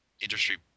industry